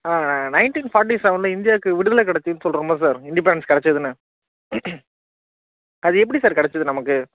ஆ nineteen forty செவனில் இந்தியாவுக்கு விடுதலை கிடைச்சிதுன்னு சொல்கிறோம்ல சார் இண்டிபெண்டன்ஸ் கிடைச்சிதுன்னு அது எப்படி சார் கிடைச்சிது நமக்கு